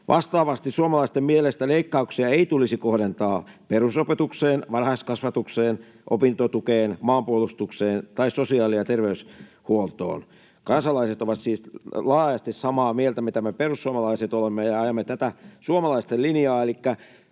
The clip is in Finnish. Vastaavasti suomalaisten mielestä leikkauksia ei tulisi kohdentaa perusopetukseen, varhaiskasvatukseen, opintotukeen, maanpuolustukseen tai sosiaali‑ ja terveyshuoltoon. Kansalaiset ovat siis laajasti samaa mieltä kuin me perussuomalaiset olemme. Ajamme tätä suomalaisten linjaa,